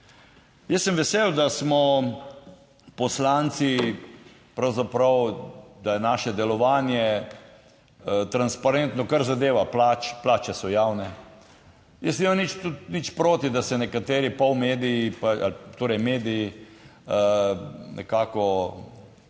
Jaz sem vesel, da smo poslanci pravzaprav, da je naše delovanje transparentno, kar zadeva plač, plače so javne. Jaz nimam nič, nič proti, da se nekateri pol mediji, pa torej